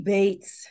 Bates